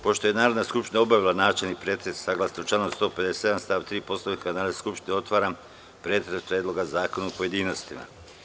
Pošto je Narodna skupština obavila načelni pretres, saglasno članu 157. stav 3. Poslovnika Narodne skupštine otvaram pretres Predloga zakona u pojedinostima.